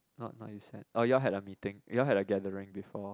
not not you send oh you all had a meeting you all had a gathering before